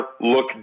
look